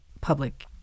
public